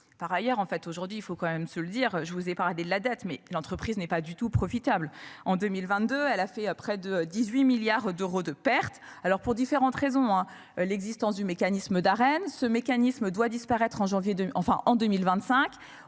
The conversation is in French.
Par ailleurs, en fait, aujourd'hui il faut quand même se le dire, je vous ai pas raté la date mais l'entreprise n'est pas du tout profitable en 2022, elle a fait près de 18 milliards d'euros de perte alors pour différentes raisons hein. L'existence du mécanisme Darren ce mécanisme doit disparaître en